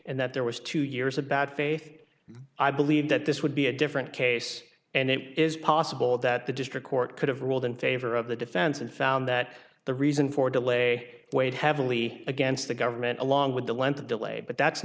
and that there was two years of bad faith i believe that this would be a different case and it is possible that the district court could have ruled in favor of the defense and found that the reason for delay weighed heavily against the government along with the length of delay but that's